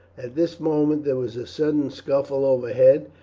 at this moment there was a sudden scuffle overhead,